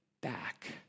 back